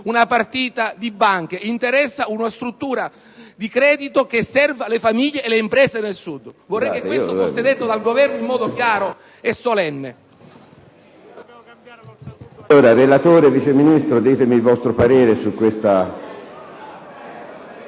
una partita di banche, ma una struttura di credito che serva le famiglie e le imprese del Sud. Vorrei che questo fosse detto dal Governo in modo chiaro e solenne.